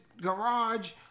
garage